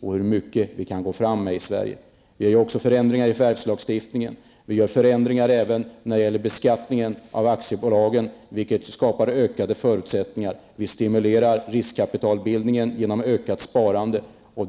hur långt vi kan gå i Sverige. Vi gör också förändringar i förvärvslagstiftningen och i aktiebolagslagen när det gäller beskattningen, vilket skapar förbättrade förutsättningar. Vi stimulerar riskkapitalbildningen genom ett ökat sparande.